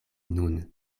nun